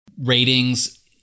ratings